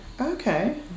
Okay